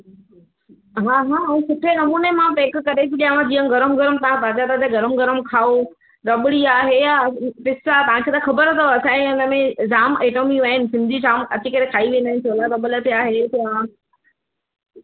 हा हा ऐं सुठे नमूने मां पैक करे थी ॾियाव जींअ गरम गरम ताज़ा ताज़ा गरम गरम खाओ रबड़ी आहे ई पिस्ता तव्हांखे त ख़बरु अथव असांजे इन में दाम एकदमि इयो हिन सिंधी जाम अची करे खाई वेंदा आहिनि छोला डबल थिया हे थिया